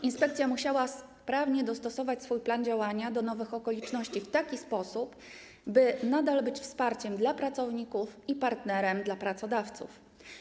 Inspekcja musiała sprawnie dostosować swój plan działania do nowych okoliczności w taki sposób, by nadal być wsparciem dla pracowników i partnerem dla pracodawców.